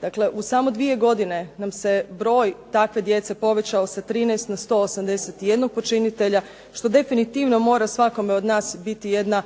Dakle, u samo 2 godine nam se broj takve djece povećao sa 13 na 181 počinitelja što definitivno mora svakome od nas biti jedna